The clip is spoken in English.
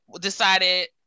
decided